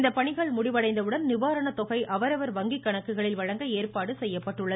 இப்பணிகள் முடிவடைந்த உடன் நிவாரணத் தொகை அவரவர் வங்கி கணக்குகளில் வழங்க ஏற்பாடு செய்யப்பட்டுள்ளது